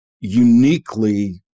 uniquely